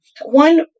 One